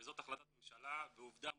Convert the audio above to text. וזאת החלטת ממשלה ועובדה מוגמרת,